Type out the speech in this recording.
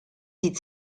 sie